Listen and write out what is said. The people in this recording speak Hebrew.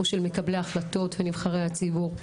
או של מקבלי החלטות ונבחרי הציבור,